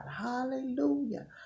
Hallelujah